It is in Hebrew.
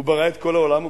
הוא ברא את כל העולם,